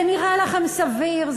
זה נראה לכם סביר?